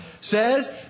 says